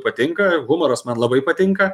patinka humoras man labai patinka